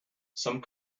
some